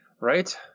right